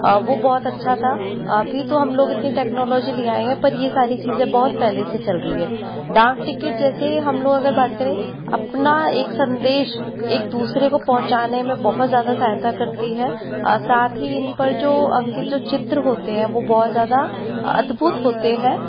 वह बहुत अच्छा था अभी तो हम लोग इतनी टेक्नॉलोजी ले आए हैं पर यह सारी चीज़ें बहुत पहले से चल रही है डाक टिकट जैसे हम लोग अगर बात करें अपना एक संदेश एक दूसरे को पहुँचाने में बहुत ज़्यादा सहायता करती है साथ ही इन पर जो अंकित जो चित्र होते हैं वह बहुत ज़्यादा अदभुत होते हैं और